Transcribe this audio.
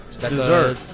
Dessert